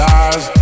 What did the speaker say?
eyes